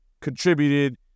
contributed